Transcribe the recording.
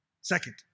Second